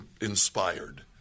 inspired